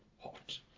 hot